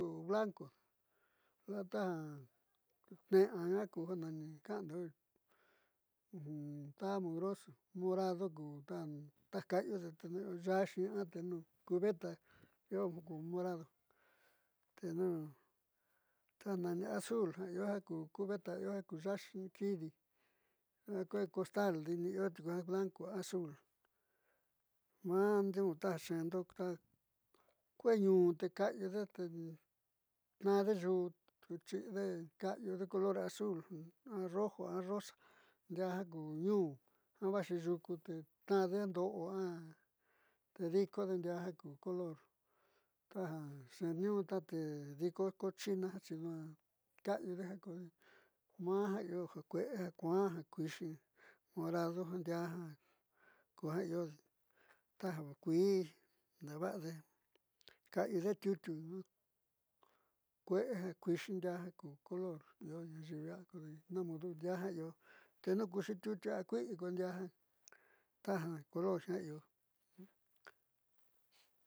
Ku blanco la'a taja tne'ea nuaá ja ka'ando está mugroso morado ku ta ka'ayude te ya'axi a tenu cubeta io ku morado teni ta nani azul jiaa io cubeta io jiaa ku ya'axi kidi ko kuee costal diini iotiuku blanco a azul maá nuun ja xe'endo kue'e ñuun te kaayude tede tnaande yuu xiide a kaayude color azul roja o rosa ndiaa jaku ñuun ju vaxi yuku te tna'ande ndo'o a te dikode ndiaa jiaa ku color taja xeetniiñuu tate diko cochina xi ñuaa kaayude ja naa a ja io ja kue'e ja kuaan ja kuixi morado ndiaa jia ko ja io taja kuii neva'ade kayude tiutiu kue'e ja kuixi ndiaa ja ku color io ayiivi kodi naamudo ndiaa jiaa io te nu kuxi kui'i ko ndiaa taja color io.